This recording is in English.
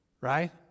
Right